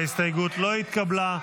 ההסתייגות לא התקבלה.